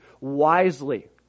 wisely